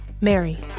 Mary